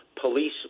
police